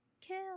Kill